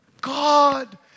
God